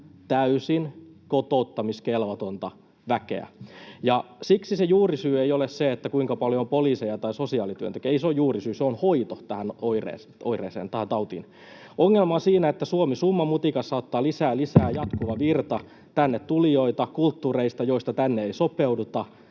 täysin kotouttamiskelvotonta väkeä. Siksi se juurisyy ei ole se, kuinka paljon on poliiseja tai sosiaalityöntekijöitä — ei se ole juurisyy, se on hoito tähän oireeseen, tähän tautiin. Ongelma on siinä, että Suomi summanmutikassa ottaa lisää ja lisää, jatkuvana virtana tulijoita kulttuureista, joista tänne ei sopeuduta.